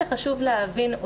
חשוב להבין,